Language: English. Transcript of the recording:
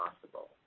possible